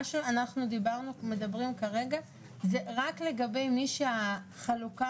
מה שאנחנו מדברים כרגע זה רק לגבי מי שהחלוקה